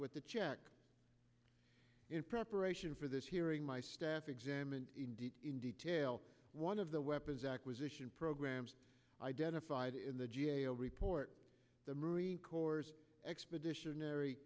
with the check in preparation for this hearing my staff examined in detail one of the weapons acquisition programs identified in the g a o report the marine corps expeditionary